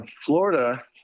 Florida